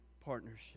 partnership